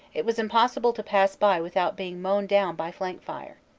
it was im possible to pass by without being mown down by flank fire.